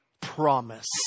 promise